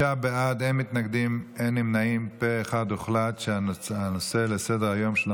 מי בעד ההצעה להעביר את ההצעה לסדר-היום בעניין